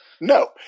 No